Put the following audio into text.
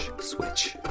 switch